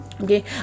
okay